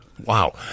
Wow